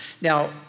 Now